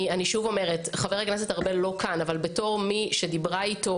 אני שוב אומרת שחבר הכנסת ארבל לא כאן אבל כמי שדיברה איתו